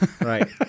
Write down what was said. Right